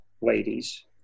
ladies